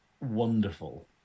wonderful